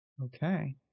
Okay